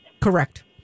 correct